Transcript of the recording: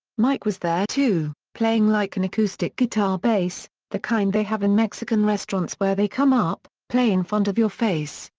mike was there, too, playing like an acoustic guitar bass the kind they have in mexican restaurants where they come up, play in front of your face,